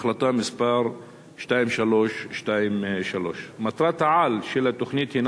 החלטה מס' 2323. מטרת-העל של התוכנית הינה